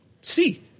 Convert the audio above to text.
see